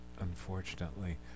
unfortunately